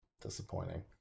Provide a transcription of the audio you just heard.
disappointing